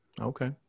Okay